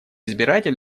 избиратель